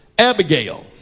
Abigail